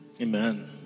Amen